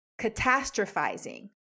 Catastrophizing